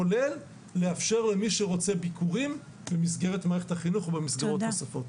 כולל לאפשר למי שרוצה ביקורים במסגרת מערכת החינוך ובמסגרות נוספות.